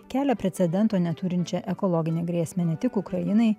kelia precedento neturinčią ekologinę grėsmę ne tik ukrainai